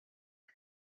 nei